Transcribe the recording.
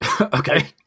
Okay